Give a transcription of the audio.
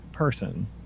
person